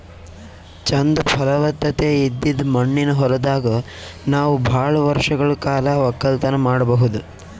ಚಂದ್ ಫಲವತ್ತತೆ ಇದ್ದಿದ್ ಮಣ್ಣಿನ ಹೊಲದಾಗ್ ನಾವ್ ಭಾಳ್ ವರ್ಷಗಳ್ ಕಾಲ ವಕ್ಕಲತನ್ ಮಾಡಬಹುದ್